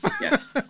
Yes